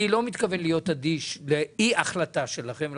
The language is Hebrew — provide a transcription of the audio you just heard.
ואני לא מתכוון להיות אדיש לאי-החלטה שלכם.